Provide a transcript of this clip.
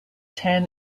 ten